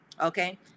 Okay